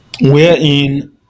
Wherein